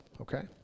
okay